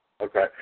Okay